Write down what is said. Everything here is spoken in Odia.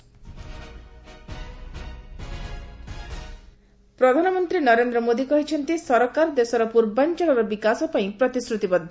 ଓଡ଼ିଶା ଇତିହାସ ପ୍ରଧାନମନ୍ତ୍ରୀ ନରେନ୍ଦ୍ର ମୋଦି କହିଛନ୍ତି ସରକାର ଦେଶର ପୂର୍ବାଞ୍ଚଳର ବିକାଶ ପାଇଁ ପ୍ରତିଶ୍ରୁତିବଦ୍ଧ